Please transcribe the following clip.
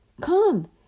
Come